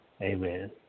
Amen